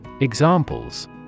Examples